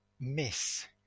miss